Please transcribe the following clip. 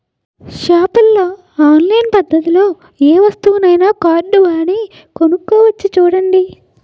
షాపుల్లో ఆన్లైన్ పద్దతిలో ఏ వస్తువునైనా కార్డువాడి కొనుక్కోవచ్చు చూడండి